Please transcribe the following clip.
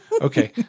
Okay